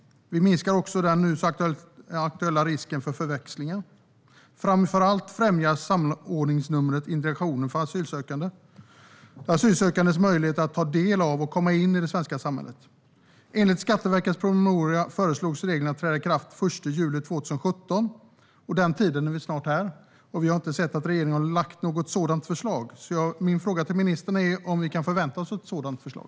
Det minskar också den nu så aktuella risken för förväxlingar. Framför allt främjar samordningsnummer integrationen av asylsökande och asylsökandes möjlighet att ta del och komma in i det svenska samhället. Enligt Skatteverkets promemoria föreslogs reglerna att träda i kraft den 1 juli 2017, och nu är vi snart där. Vi har inte sett att regeringen har lagt fram något förslag. Min fråga till ministern är om vi kan förvänta oss ett sådant förslag.